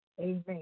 amen